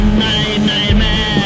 nightmare